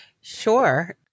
Sure